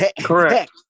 correct